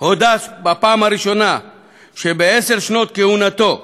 הודה בפעם הראשונה שבעשר שנות כהונתו בארגון,